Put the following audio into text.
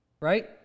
Right